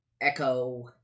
Echo